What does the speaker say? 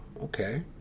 okay